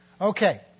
Okay